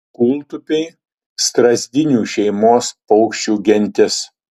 kūltupiai strazdinių šeimos paukščių gentis